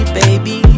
baby